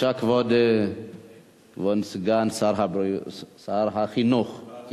כבוד סגן שר החינוך, בבקשה.